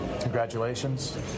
congratulations